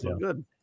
Good